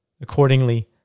Accordingly